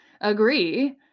agree